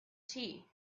tea